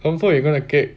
confirm we going to get